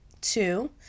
Two